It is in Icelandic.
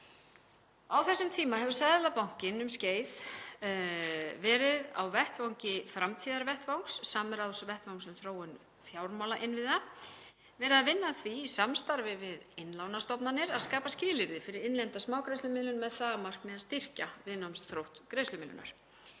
Á þessum tíma hefur Seðlabankinn um skeið verið á vettvangi framtíðarvettvangs, samráðsvettvangs um þróun fjármálainnviða, að vinna að því í samstarfi við innlánsstofnanir að skapa skilyrði fyrir innlenda smágreiðslumiðlun með það að markmiði að styrkja viðnámsþrótt greiðslumiðlunar.